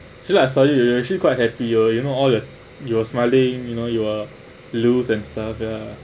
feel like suddenly you actually quite happier you know all that you were smiling you know you were loose and stuff ya